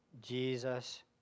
Jesus